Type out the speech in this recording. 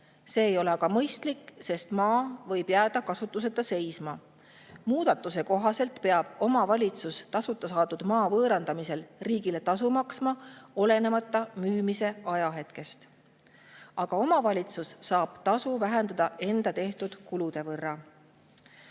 See ei ole aga mõistlik, sest maa võib jääda kasutuseta seisma. Muudatuse kohaselt peab omavalitsus tasuta saadud maa võõrandamisel riigile tasu maksma, olenemata müümise ajahetkest, aga omavalitsus saab tasu vähendada enda tehtud kulude võrra.